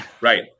right